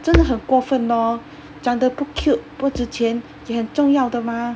真的很过分 lor 长得 cute 不值钱也很重要的 mah